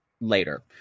later